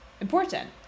important